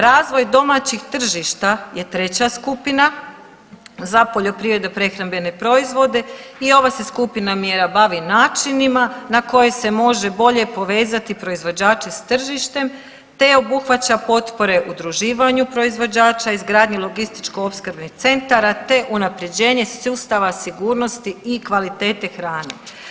Razvoj domaćih tržišta je treća skupina za poljoprivredno prehrambene proizvode i ova se skupina mjera bavi načinima na koje se može bolje povezati proizvođače s tržištem te obuhvaća potpore udruživanju proizvođača, izgradnji logističko opskrbnih centara te unapređenje sustava sigurnosti i kvalitete hrane.